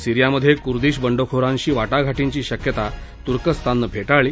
सीरियामधे कुर्दिश बंडखोरांशी वाटाघाटींची शक्यता तुर्कस्तानने फेटाळली